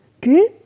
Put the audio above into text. Good